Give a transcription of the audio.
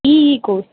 E course